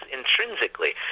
intrinsically